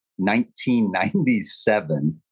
1997